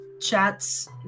chats